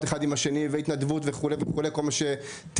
אחד עם השני והתנדבות וכו' וכל מה שתיארתם,